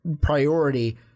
priority